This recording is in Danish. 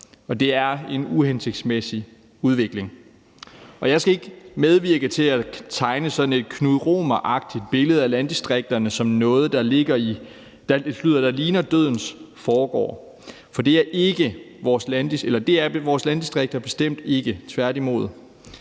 og det er en uhensigtsmæssig udvikling. Jeg skal ikke medvirke til at tegne sådan et Knud Romer-agtigt billede af landdistrikterne som noget, der ligner dødens forgård, for det er vores landdistrikter bestemt ikke, tværtimod.